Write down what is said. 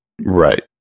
Right